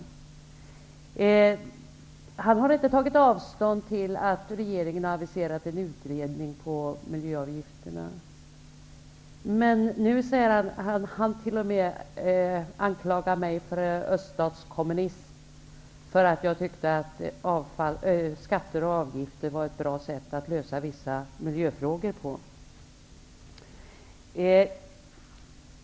Patrik Norinder har inte tagit avstånd från att regeringen har aviserat en utredning om miljöavgifterna, men han anklagar mig t.o.m. för öststatskommunism, därför att jag tycker att skatter och avgifter är bra sätt att lösa vissa miljöfrågor!